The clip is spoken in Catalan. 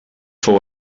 fou